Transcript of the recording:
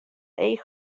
each